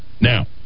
Now